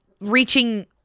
reaching